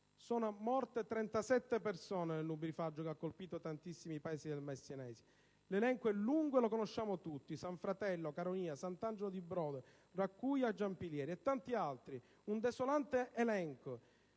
Sono morte 37 persone nel nubifragio che ha colpito tantissimi paesi del Messinese. L'elenco è lungo e lo conosciamo tutti: San Fratello, Caronia, Sant'Angelo di Brolo, Raccuja, Giampilieri e tanti altri. Un desolante elenco.